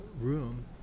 room